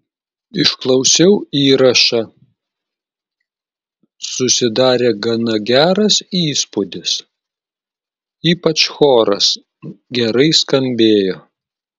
išklausiau įrašą susidarė gana geras įspūdis ypač choras gerai skambėjo